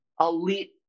elite